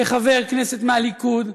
כחבר כנסת מהליכוד,